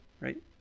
right